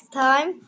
time